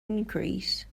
increase